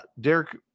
Derek